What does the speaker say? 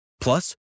Plus